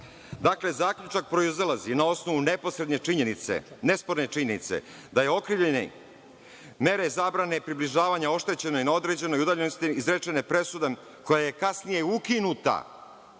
dakle zaključak proizilazi na osnovu neposredne činjenice, nesporne činjenice da je okrivljeni, mere zabrane približavanja oštećenoj na određenoj udaljenosti izrečene presudom koja je kasnije ukinuta.